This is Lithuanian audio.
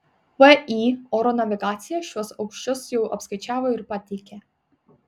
vį oro navigacija šiuos aukščius jau apskaičiavo ir pateikė